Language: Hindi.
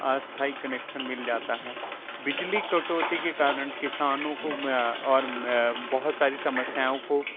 अस्थाई कनेक्शन मिल जाता है बिजली कटौती के कारण किसानों को और मैं बहुत सारी समस्याओं को